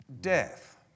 death